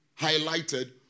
highlighted